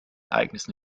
ereignissen